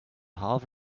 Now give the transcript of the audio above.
half